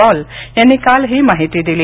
Paul यांनी काल ही माहिती दिली